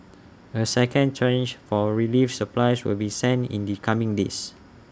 A second tranche for relief supplies will be sent in the coming days